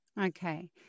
Okay